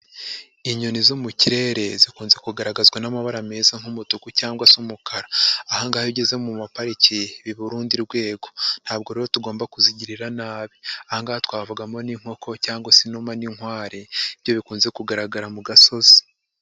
Inyoni zo mu kirere zikunze kugaragazwa n'amabara meza nk'umutuku cyangwa se umukara. Aha ngaha iyo ugeze mu maparike biba urundi rwego. Ntabwo rero tugomba kuzigirira nabi. Aha ngaha twavugamo n'inkoko cyangwa se inuma n'inkware, na byo bikunze kugaragara mu gasozi.